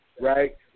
Right